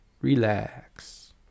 Relax